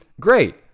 great